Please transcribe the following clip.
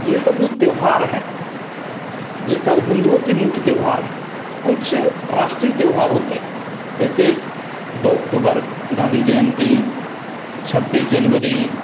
ये सब जो त्यौहार हैं ये सब हिंदूओं के मुख्य त्यौहार हैं कुछ राष्ट्रीय त्यौहार होते हैं जैसे दो अक्टूबर गांधी जयंती छब्बीस जनवरी